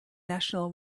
national